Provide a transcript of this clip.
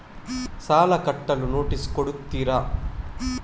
ಸಾಲ ಕಟ್ಟಲು ನೋಟಿಸ್ ಕೊಡುತ್ತೀರ?